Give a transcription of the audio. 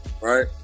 right